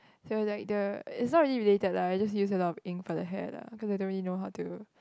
so like the is not really related lah I just use a lot of ink for the hair lah cause I don't really know how to